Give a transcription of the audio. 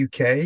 UK